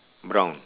brown